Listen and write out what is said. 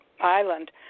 island